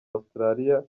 australia